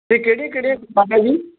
ਅਤੇ ਕਿਹੜੀਆਂ ਕਿਹੜੀਆਂ ਜੀ